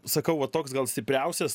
sakau va toks gal stipriausias